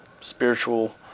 spiritual